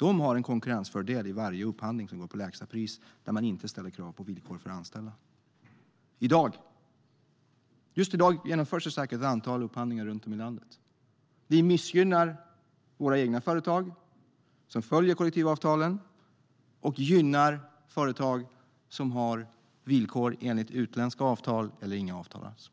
har en konkurrensfördel i varje upphandling som går på lägst pris och där man inte ställer krav på villkor för anställda. I dag, just i dag, genomförs säkert ett antal upphandlingar runt om i landet. Vi missgynnar våra egna företag, som följer kollektivavtalen, och gynnar företag som har villkor enligt utländska avtal eller inga avtal alls.